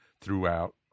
throughout